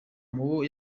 mubo